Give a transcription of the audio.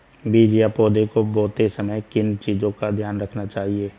बीज या पौधे को बोते समय किन चीज़ों का ध्यान रखना चाहिए?